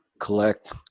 collect